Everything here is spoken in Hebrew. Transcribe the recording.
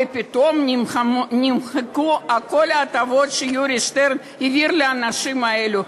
ופתאום נמחקו כל ההטבות שיורי שטרן העביר לאנשים האלו.